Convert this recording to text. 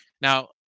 Now